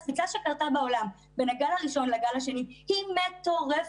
הקפיצה שקרתה בעולם בין הגל הראשון לגל השני היא מטורפת,